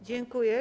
Dziękuję.